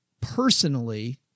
personally